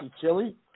chili